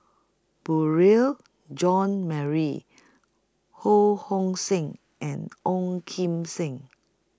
Beurel Jean Marie Ho Hong Sing and Ong Kim Seng